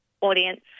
audience